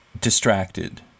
distracted